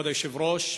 כבוד היושב-ראש,